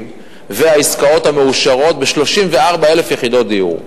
והעסקאות המאושרות ב-34,000 יחידות דיור,